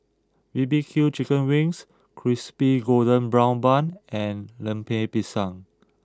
B B Q Chicken Wings Crispy Golden Brown Bun and Lemper Pisang